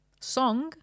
Song